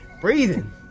Breathing